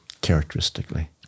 characteristically